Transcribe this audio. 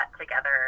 together